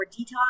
detox